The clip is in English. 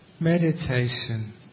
meditation